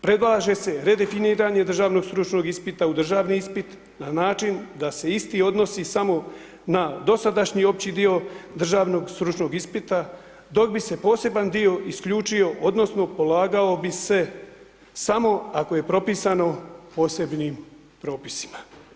Prelaže se rederiniranje državnog stručnog ispita u državni ispit, na način, da se isti odnosi samo na dosadašnji opći dio državnog stručnog ispita, dok bi se poseban dio isključio, odnosno, polagao bi se samo ako je propisano posebnim propisima.